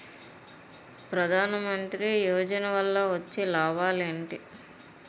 ప్రధాన మంత్రి యోజన వల్ల వచ్చే లాభాలు ఎంటి?